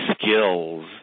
skills